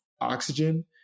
oxygen